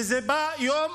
וזה בא יום